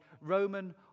Roman